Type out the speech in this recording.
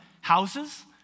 houses